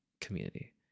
community